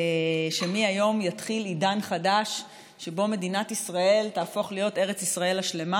ומהיום יתחיל עידן חדש שבו מדינת ישראל תהפוך להיות ארץ ישראל השלמה.